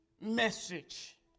message